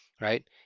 right